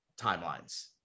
timelines